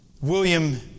William